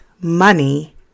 money